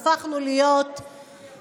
והפכנו להיות מדריכים,